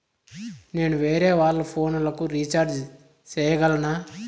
నేను వేరేవాళ్ల ఫోను లకు రీచార్జి సేయగలనా?